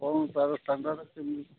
କ'ଣ ତା'ର ଷ୍ଟାଣ୍ଡାର୍ଡ଼ କେମିତି